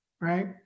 right